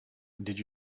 did